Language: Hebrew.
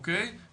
אוקי?